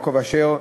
ליעקב אשר,